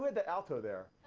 the alto there?